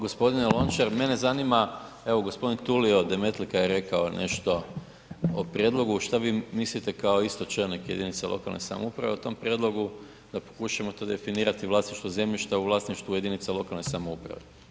Gospodine Lončar, mene zanima evo gospodin Tulio Demetlika je rekao nešto o prijedlogu, šta vi mislite kao isto čelnik jedinice lokalne samouprave o tom prijedlogu da pokušamo to definirati vlasništvo zemljišta u vlasništvu jedinica lokalne samouprave?